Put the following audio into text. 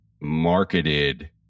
marketed